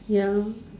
ya lor